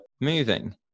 moving